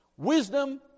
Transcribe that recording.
Wisdom